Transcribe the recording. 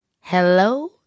Hello